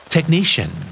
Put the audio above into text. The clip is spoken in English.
Technician